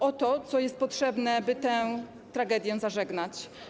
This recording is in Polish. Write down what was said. Oto, co jest potrzebne, by tę tragedię zażegnać.